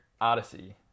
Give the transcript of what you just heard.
Odyssey